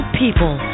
people